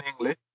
English